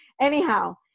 Anyhow